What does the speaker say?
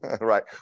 right